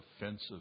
offensive